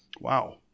Wow